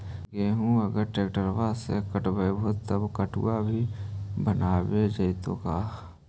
गेहूं अगर ट्रैक्टर से कटबइबै तब कटु भी बनाबे जितै का?